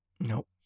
Nope